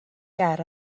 ger